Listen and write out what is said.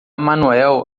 manuel